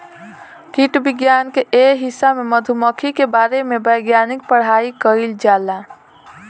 कीट विज्ञान के ए हिस्सा में मधुमक्खी के बारे वैज्ञानिक पढ़ाई कईल जाला